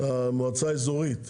המועצה האזורית,